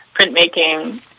printmaking